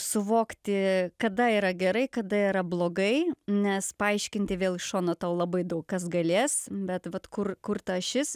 suvokti kada yra gerai kada yra blogai nes paaiškinti vėl iš šono tau labai daug kas galės bet vat kur kur ta ašis